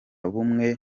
bumwe